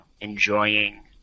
enjoying